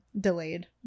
delayed